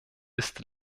ist